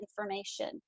information